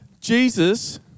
Jesus